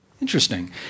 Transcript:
Interesting